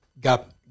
got